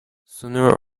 sooner